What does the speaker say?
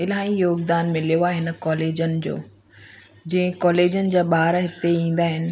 इलाही योगदान मिलियो आहे इन कॉलेजनि जो जंहिं कॉलेजनि जा ॿार हिते ईंदा आहिनि